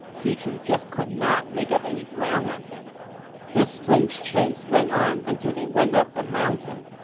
xu chu just could not make up any ground on him this strange chase went on until they went up a mountain.